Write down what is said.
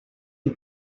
une